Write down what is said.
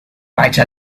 write